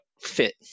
fit